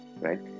right